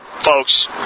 folks